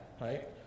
Right